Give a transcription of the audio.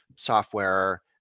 Software